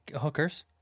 hookers